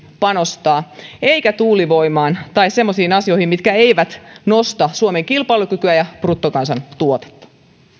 panostaa eikä tuulivoimaan tai semmoisiin asioihin mitkä eivät nosta suomen kilpailukykyä ja bruttokansantuotetta